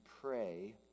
pray